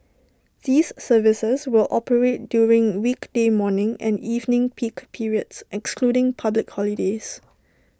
these services will operate during weekday morning and evening peak periods excluding public holidays